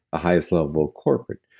a highest level corporate.